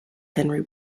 henry